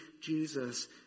Jesus